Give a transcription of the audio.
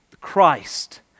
Christ